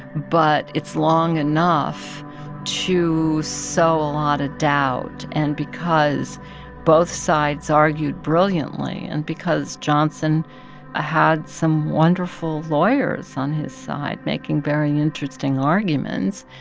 but it's long enough to sow a lot of doubt. and because both sides argued brilliantly and because johnson ah had some wonderful lawyers on his side making very interesting arguments,